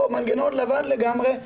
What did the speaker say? או מנגנון לבן לגמרי,